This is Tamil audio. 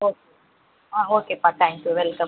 ஓகே ஓகேபா தேங்க்யூ வெல்கம்